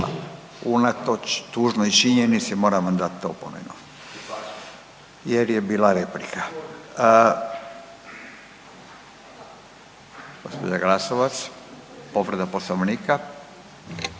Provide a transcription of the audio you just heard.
Unatoč tužnoj činjenici moram vam dati opomenu, jer je bila replika.